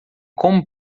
como